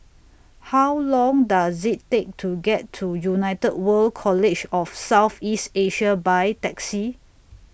How Long Does IT Take to get to United World College of South East Asia By Taxi